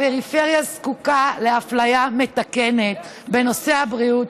הפריפריה זקוקה לאפליה מתקנת בנושא הבריאות.